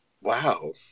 Wow